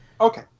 Okay